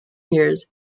years